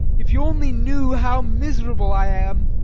if you only knew how miserable i am!